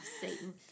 Satan